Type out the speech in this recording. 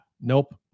Nope